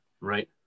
Right